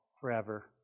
forever